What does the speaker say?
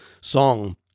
song